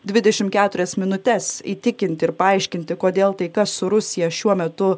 dvidešim keturias minutes įtikinti ir paaiškinti kodėl taika su rusija šiuo metu